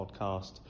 podcast